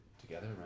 together